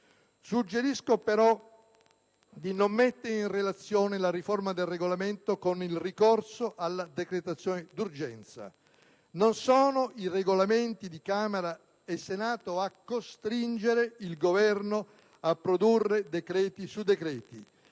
Suggerisco, però, di non mettere in relazione la riforma del Regolamento con il ricorso alla decretazione d'urgenza. Non sono i Regolamenti di Camera e Senato a costringere il Governo a produrre decreti su decreti.